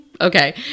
okay